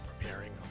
preparing